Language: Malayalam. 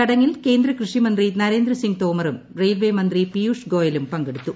ചടങ്ങിൽ കേന്ദ്ര കൃഷി മന്ത്രി നരേന്ദ്ര സിംഗ് തോമറും റെയിൽവേ മന്ത്രി പിയുഷ് ഗോയലും പങ്കെടുത്തു